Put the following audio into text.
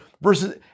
versus